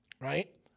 right